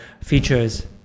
features